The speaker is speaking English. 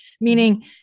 Meaning